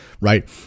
right